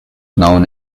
known